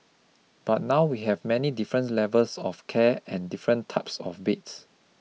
but now we have many different levels of care and different types of beds